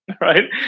Right